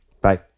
Bye